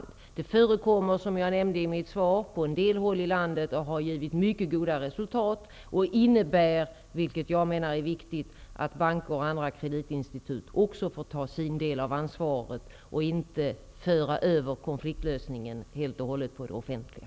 Det förekommer, som jag nämnde i mitt svar, på en del håll i landet och har givit mycket goda resultat, och det innebär, vilket jag menar är viktigt, att också banker och andra kreditinstitut får ta sin del av ansvaret i stället för att helt och hållet föra över konfliktlösningen på det offentliga.